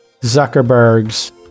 Zuckerberg's